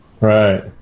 Right